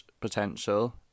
potential